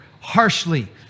Harshly